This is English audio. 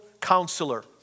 Counselor